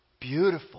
Beautiful